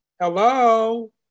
Hello